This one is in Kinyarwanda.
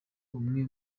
umwe